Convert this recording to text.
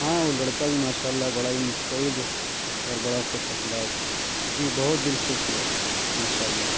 ہاں وہ لڑکا بھی ماشاء اللہ بڑا ہی مستعد اور بڑا خوش اخلاق جی بہت دل خوش ہوا ماشاء اللہ